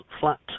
flat